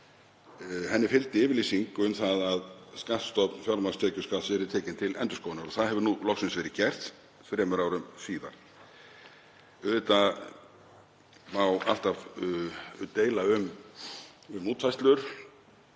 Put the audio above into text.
henni fylgdi yfirlýsing um að skattstofn fjármagnstekjuskatts yrði tekinn til endurskoðunar. Það hefur nú loksins verið gert þremur árum síðar. Auðvitað má alltaf deila um útfærslur